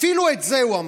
אפילו את זה הוא אמר.